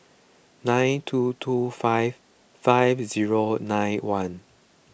nine two two five five zero nine one